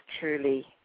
truly